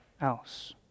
else